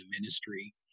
ministry